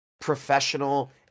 professional